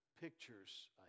pictures